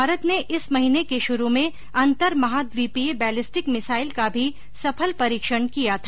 भारत ने इस महीने के शुरु में अंतर महाद्वीपीय बैलिस्टिक मिसाइल का भी सफल परीक्षण किया था